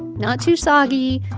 not too soggy.